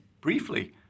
briefly